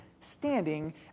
standing